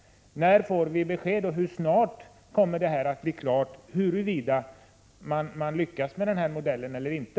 När får vi besked? Hur snart är det klart huruvida man lyckas med den här modellen eller inte?